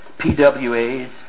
PWAs